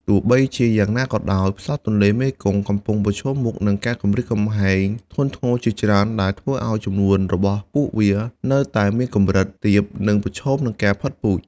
បើទោះជាយ៉ាងណាក៏ដោយផ្សោតទន្លេមេគង្គកំពុងប្រឈមមុខនឹងការគំរាមកំហែងធ្ងន់ធ្ងរជាច្រើនដែលធ្វើឱ្យចំនួនរបស់ពួកវានៅតែមានកម្រិតទាប និងប្រឈមនឹងការផុតពូជ។